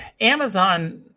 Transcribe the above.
Amazon